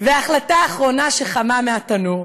וההחלטה האחרונה, חמה מהתנור: